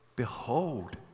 behold